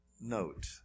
note